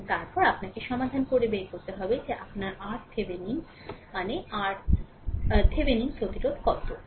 এবং তারপরে আপনাকে সমাধান করে বের করতে হবে যে আপনার RThevenin মানে Thevenin প্রতিরোধ কত